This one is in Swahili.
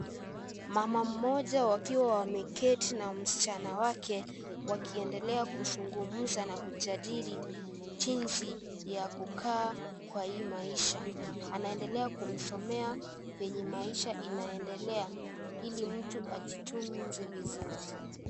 Mama mmoja, wakiwa wameketi na msichana wake, wakiendelea kuzungumza na kujadili jinsi ya kukaa kwa hii maisha. Anaendelea kumsomea venye maisha inaendelea, ili mtu ajitunze vizuri.